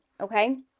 Okay